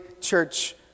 church